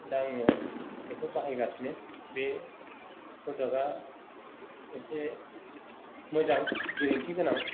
दा आङो बेखौ बाहाय गासिनो बे प्रदाक्टआ एसे मोजां गेरेन्थि गोनां